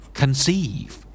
conceive